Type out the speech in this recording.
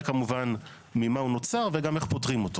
כמובן ממה הוא נוצר וגם איך פותרים אותו.